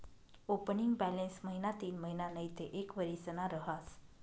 opening balance महिना तीनमहिना नैते एक वरीसना रहास